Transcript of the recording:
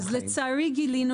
אז לצערי גילינו